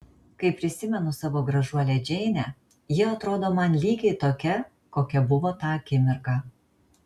kai prisimenu savo gražuolę džeinę ji atrodo man lygiai tokia kokia buvo tą akimirką